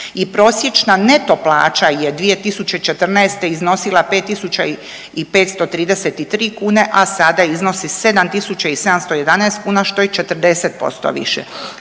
i prosječna neto plaća je 2014. iznosila 5.533 kn, a sada iznosi 7.711 kn, što je 40% više,